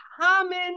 common